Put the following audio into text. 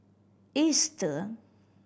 Easter